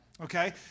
okay